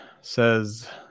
says